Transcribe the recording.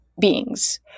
beings